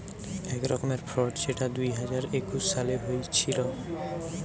এক রকমের ফ্রড যেটা দুই হাজার একুশ সালে হয়েছিল